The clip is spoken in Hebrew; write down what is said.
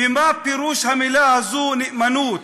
ומה פירוש המילה הזאת, נאמנות?